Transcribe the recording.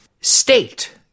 State